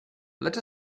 let